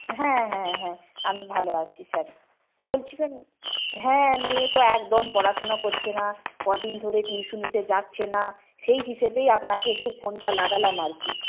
হ্যাঁ হ্যাঁ হ্যাঁ আমি ভালো আছি স্যার বলছিলাম হ্যাঁ মেয়ে তো একদম পড়াশুনো করছে না কদিন ধরে টিউশনিতে যাচ্ছে না সেই হিসেবেই আপনাকে একটু ফোনটা লাগালাম আর কি